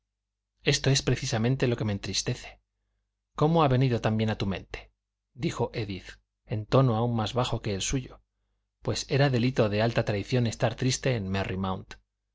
esto es precisamente lo que me entristece cómo ha venido también a tu mente dijo édith en tono aun más bajo que el suyo pues era delito de alta traición estar triste en merry mount